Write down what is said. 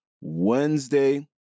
Wednesday